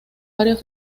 varios